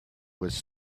was